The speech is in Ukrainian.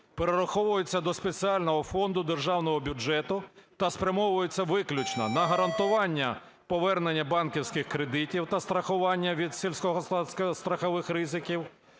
перераховуються до спеціального фонду Державного бюджету та спрямовуються виключно на гарантування повернення банківських кредитів та страхування від сільськогосподарських страхових ризиків…".